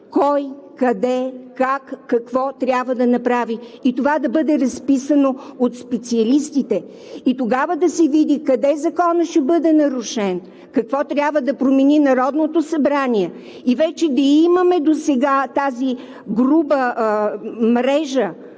кой, къде, как, какво трябва да направи и това да бъде разписано от специалистите – тогава да се види къде Законът ще бъде нарушен, какво трябва да промени Народното събрание, и вече да имаме досега тази груба мрежа,